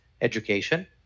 education